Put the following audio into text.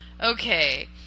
okay